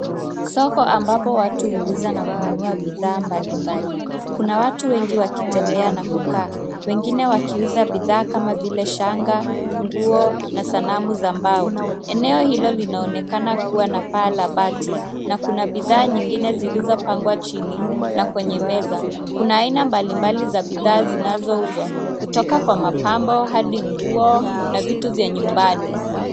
Soko ambapo watu huuza na kununua bidhaa mbali mbali. Kuna watu wengi wakitembea na kukaa. Wengine wakiuza bidhaa kama vile: shanga, nguo na sanamu za mbao. Eneo hilo linaonekana kuwa na paa la bati na kuna bidhaa nyingine zilizopangwa chini na kwenye meza. Kuna aina mbali mbali za bidhaa zinazouzwa kutoka kwa mapambo, hadi nguo na vitu vya nyumbani.